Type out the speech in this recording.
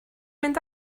mynd